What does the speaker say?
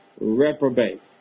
reprobate